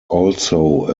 also